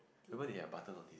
remember they had button on it